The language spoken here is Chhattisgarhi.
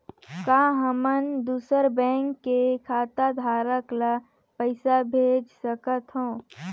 का हमन दूसर बैंक के खाताधरक ल पइसा भेज सकथ हों?